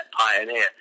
pioneer